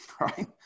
Right